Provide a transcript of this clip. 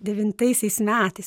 devintaisiais metais